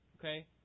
Okay